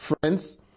Friends